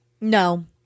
No